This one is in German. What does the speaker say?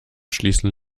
schließen